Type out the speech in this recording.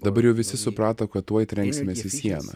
dabar jau visi suprato kad tuoj trenksimės į sieną